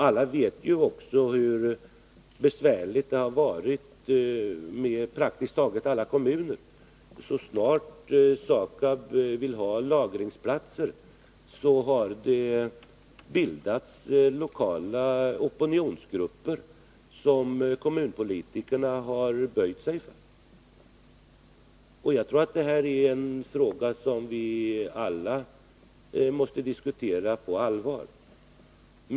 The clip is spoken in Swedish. Alla vet också hur besvärligt det har varit med praktiskt taget alla kommuner. Så snart SAKAB velat ha lagringsplatser har det bildats lokala opinionsgrupper, som kommunpolitikerna har böjt sig för. Jag tror att det här är en fråga som vi alla måste diskutera på allvar.